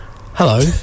Hello